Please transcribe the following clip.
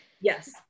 yes